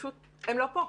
פשוט הם לא פה.